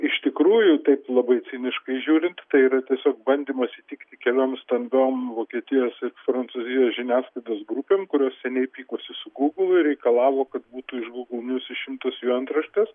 iš tikrųjų taip labai ciniškai žiūrint tai yra tiesiog bandymas įtikti keliom stambiom vokietijos prancūzijos žiniasklaidos grupėm kurios seniai pykosi su gūglu ir reikalavo kad būtų iš gūgl nius išimtos jų antraštės